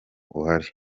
uhari